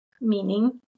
meaning